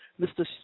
Mr